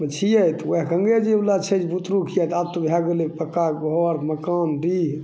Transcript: तऽ छियै ओएह गङ्गेजीबला छियै बुतरू छियै तऽ आब ओहए भेलै पक्का ओ घर मकान डीह